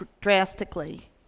Drastically